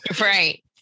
right